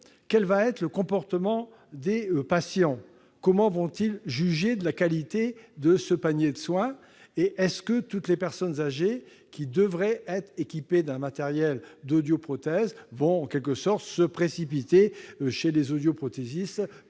quel sera le comportement des patients ? Comment vont-ils juger de la qualité de ce panier de soins ? Toutes les personnes âgées qui devraient être équipées d'un matériel d'audioprothèses vont-elles se précipiter chez les audioprothésistes